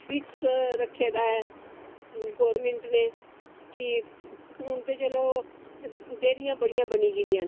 fix रक्खे दा ऐ गौरमेंट नै हून ते चलो देहरियां बड़ियां बनी गेदियां न